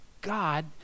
God